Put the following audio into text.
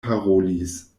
parolis